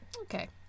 Okay